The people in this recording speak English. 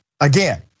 Again